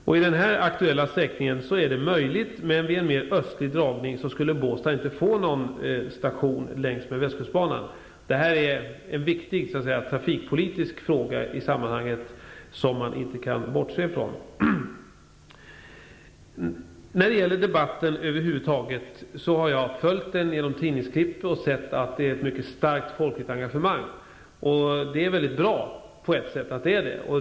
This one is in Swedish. På den här aktuella sträckningen är det möjligt, men med en mera östlig dragning skulle Båstad inte få någon station längs västkustbanan. Det här är en viktig trafikpolitisk fråga i sammanhanget som man inte kan bortse från. Jag har följt debatten via tidningsklipp och har sett att det finns ett mycket starkt folkligt engagemang. Det är på ett sätt mycket bra att så är fallet.